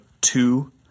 two